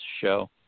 show